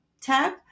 tab